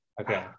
Okay